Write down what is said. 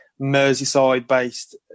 Merseyside-based